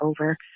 over